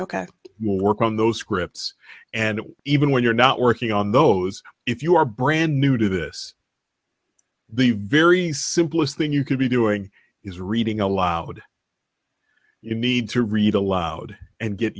ok we'll work on those scripts and even when you're not working on those if you are brand new to this the very simplest thing you could be doing is reading aloud you need to read aloud and get